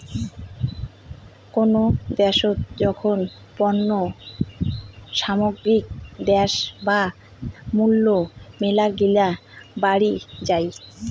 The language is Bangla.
কোনো দ্যাশোত যখন পণ্য সামগ্রীর দাম বা মূল্য মেলাগিলা বাড়িং যাই